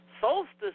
solstice